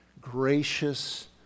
Gracious